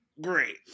Great